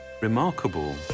remarkable